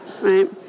right